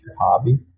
hobby